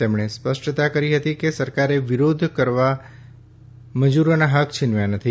તેમણે સ્પષ્ટતા કરી હતી કે સરકારે વિરોધ કરવા મજૂરોના હક છીનવ્યા નથી